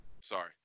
Sorry